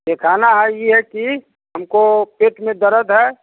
दिखाना है ये है कि हमको पेट में दर्द है